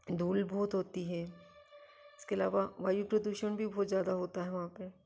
धूल बहुत होती है इसके अलावा वायु प्रदुषण भी बहुत ज़्यादा होता है वहाँ पर